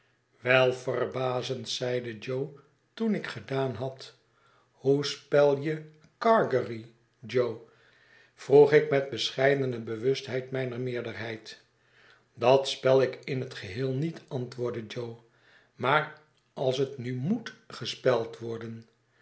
wel verbazend i zeide jo toenikgedaanhad hoe spel je gargery jo vroeg ik met bescheidene bewustheid mijner meerderheid dat spel ikin t geheel niet antwoordde jo maar als het nu moet gespeld worden